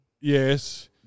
yes